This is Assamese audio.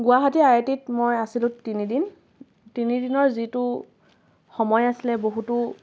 গুৱাহাটী আই আই টিত মই আছিলোঁ তিনি দিন তিনি দিনৰ যিটো সময় আছিলে বহুতো